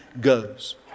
goes